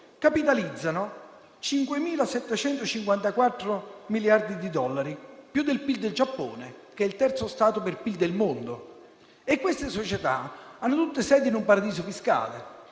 capitalizzano 5.754 miliardi di dollari, più del PIL del Giappone, che è il terzo Stato per PIL del mondo e queste società hanno tutte sede in un paradiso fiscale.